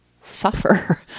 suffer